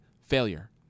failure